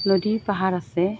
নদী পাহাৰ আছে